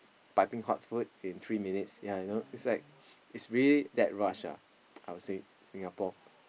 pipping hot food in three minutes yeah you know it's like it's really that rush ah I would say in Singapore